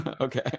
Okay